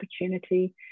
opportunity